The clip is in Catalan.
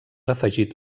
afegit